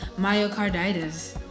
myocarditis